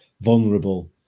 vulnerable